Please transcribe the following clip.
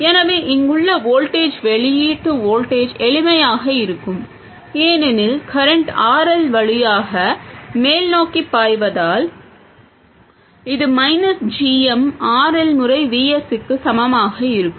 எனவே இங்குள்ள வோல்டேஜ் வெளியீட்டு வோல்டேஜ் எளிமையாக இருக்கும் ஏனெனில் கரண்ட் RL வழியாக மேல்நோக்கிப் பாய்வதால் இது மைனஸ் gm RL முறை V S க்கு சமமாக இருக்கும்